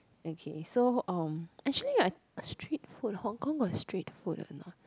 okay so um actually I street food Hong-Kong got street food or not